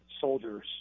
soldiers